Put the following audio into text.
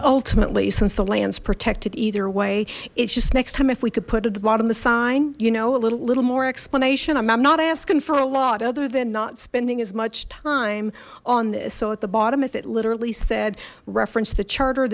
ultimately since the lands protected either way it's just next time if we could put at the bottom the sign you know a little little more explanation i'm not asking for a lot other than not spending as much time on this so at the bottom if it literally said reference the charter